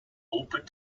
open